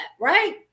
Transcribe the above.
right